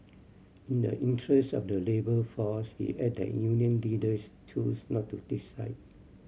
in the interest of the labour force he added that union leaders chose not to take side